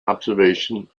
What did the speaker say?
observation